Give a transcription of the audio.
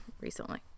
recently